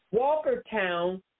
Walkertown